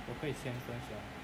我可以先分享